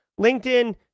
LinkedIn